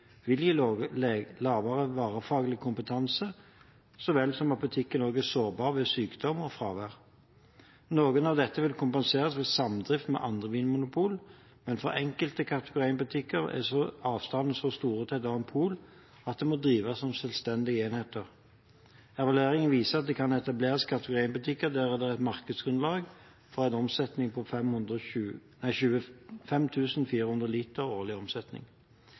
vil gi lavere varefaglig kompetanse, så vel som at butikken er sårbar ved sykdom og fravær. Noe av dette vil kompenseres ved samdrift med andre vinmonopol, men for enkelte kategori 1-butikker er avstandene så store til et annet pol at de må drives som selvstendige enheter. Evalueringen viser at det kan etableres kategori 1-butikker der det er markedsgrunnlag for 25 400 liter årlig omsetning.